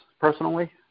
personally